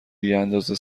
بیاندازه